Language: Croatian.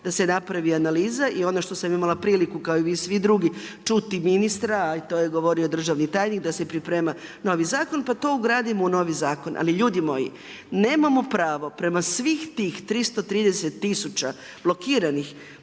da se napravi analiza. I ono što sam imala priliku kao i vi svi drugi čuti ministra, a to je govorio državni tajnik da se priprema novi zakon, pa to ugradimo u novi zakon. Ali ljudi moji nemamo pravo prema svih tih 330000 blokiranih,